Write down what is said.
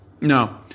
No